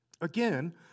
Again